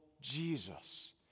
Jesus